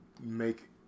make